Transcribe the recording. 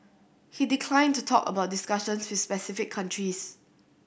he declined to talk about discussions with specific countries